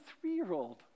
three-year-old